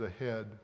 ahead